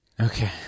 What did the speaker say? Okay